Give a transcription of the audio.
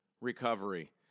Recovery